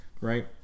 right